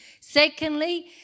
Secondly